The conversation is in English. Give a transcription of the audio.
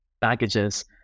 baggages